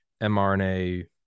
mRNA